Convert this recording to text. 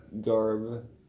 garb